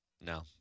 No